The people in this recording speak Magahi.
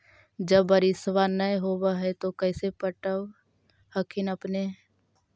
जब बारिसबा नय होब है तो कैसे पटब हखिन अपने?